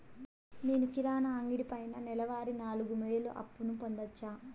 నేను కిరాణా అంగడి పైన నెలవారి నాలుగు వేలు అప్పును పొందొచ్చా?